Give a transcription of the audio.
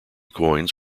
coins